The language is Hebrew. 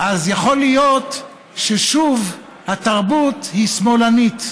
אז יכול להיות ששוב התרבות היא שמאלנית.